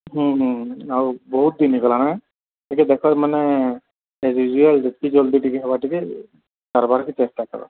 ଆଉ ବହୁତ୍ ଦିନ୍ ହେଇଗଲାନ ହେଁ ଟିକେ ଦେଖ ତାମାନେ ଏଜ୍ ୟୁଜୁଆଲ୍ ଯେତ୍କି ଜଲ୍ଦି ଟିକେ ହେବା ଟିକେ ସାର୍ବାର୍କେ ଚେଷ୍ଟା କର